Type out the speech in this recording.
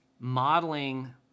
modeling